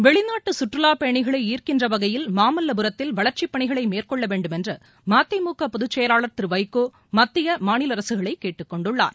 வெளிநாட்டு சுற்றுலாப் பயணிகளை ஈர்க்கின்ற வகையில் மாமல்லபுரத்தில் வளர்ச்சிப் பணிகளை மேற்கொள்ள வேண்டும் என்று மதிமுக பொதுச்செயலாளர் திரு வைகோ மத்திய மாநில அரசுகளை கேட்டுக் கொண்டுள்ளார்